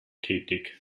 tätig